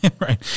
Right